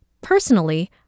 Personally